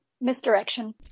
misdirection